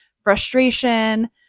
frustration